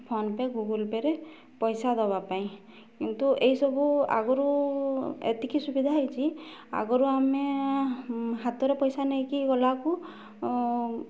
PhonePe Google ପେରେ ପଇସା ଦେବା ପାଇଁ କିନ୍ତୁ ଏଇସବୁ ଆଗରୁ ଏତିକି ସୁବିଧା ହେଇଛି ଆଗରୁ ଆମେ ହାତରେ ପଇସା ନେଇକି ଗଲାକୁ